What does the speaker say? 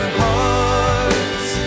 hearts